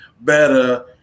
better